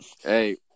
Hey